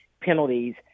penalties